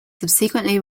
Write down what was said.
subsequently